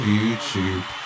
YouTube